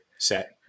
set